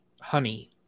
honey